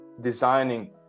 designing